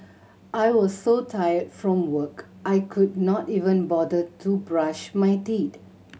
I was so tired from work I could not even bother to brush my teeth